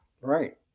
Right